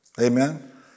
Amen